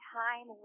time